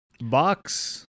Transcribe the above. box